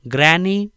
Granny